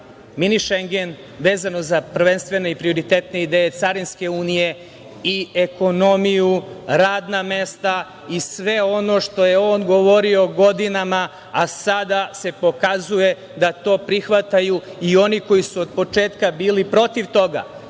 mini Šengen, vezano za prvenstveno i prioritetne ideje carinske unije i ekonomiju, radna mesta i sve ono što je on govorio godinama, a sada se pokazuje da to prihvataju i oni koji su od početka bili protiv toga,